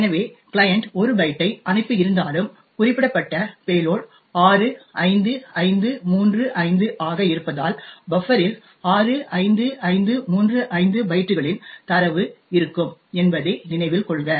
எனவே கிளையன்ட் 1 பைட்டை அனுப்பியிருந்தாலும் குறிப்பிடப்பட்ட பேலோட் 65535 ஆக இருப்பதால் பஃப்பர் இல் 65535 பைட்டுகளின் தரவு இருக்கும் என்பதை நினைவில் கொள்க